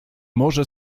może